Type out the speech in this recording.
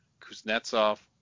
Kuznetsov